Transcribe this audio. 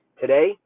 Today